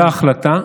קיבלה החלטה